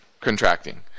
contracting